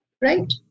right